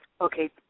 Okay